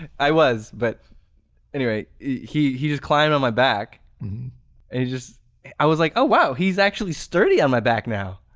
was but anyway, he he just climbed on my back and he just i was like oh wow, he's actually sturdy on my back now.